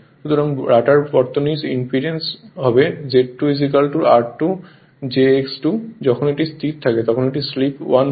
সুতরাং রটার বর্তনী ইম্পিডেন্স হবে Z2 r2 JX2 যখন এটি স্থির থাকে তখন স্লিপ 1 হয়